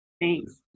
Thanks